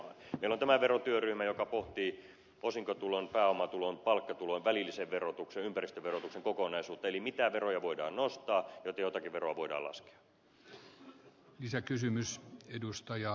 meillä on tämä verotyöryhmä joka pohtii osinkotulon pääomatulon palkkatulon välillisen verotuksen ympäristöverotuksen kokonaisuutta eli mitä veroja voidaan nostaa jotta joitakin veroja voidaan laskea